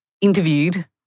interviewed